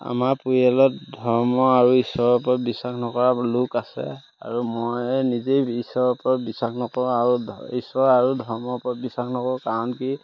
আমাৰ পৰিয়ালত ধৰ্ম আৰু ঈশ্বৰৰ ওপৰত বিশ্বাস নকৰা লোক আছে আৰু মই নিজেই ঈশ্বৰৰ ওপৰত বিশ্বাস নকৰোঁ আৰু ঈশ্বৰ আৰু ধৰ্মৰ ওপৰত বিশ্বাস নকৰোঁ কাৰণ কি